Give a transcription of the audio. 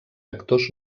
actors